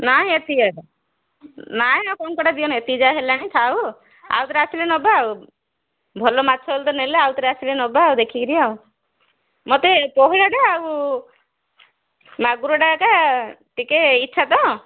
ନା ଏତିକି ଆଗ ନାଇ ଆଉ କଙ୍କଡ଼ା ଦିଅନି ଏତିକି ଯାହା ହେଲାଣି ଥାଉ ଆଉଥରେ ଆସିଲେ ନେବା ଆଉ ଭଲ ମାଛ ବୋଲି ତ ନେଲେ ଆଉଥରେ ଆସିଲେ ନେବା ଆଉ ଦେଖିକି ଦିଅ ମୋତେ ପୋହଳାଟା ଆଉ ମାଗୁରଟା ଏକା ଟିକିଏ ଇଚ୍ଛା ତ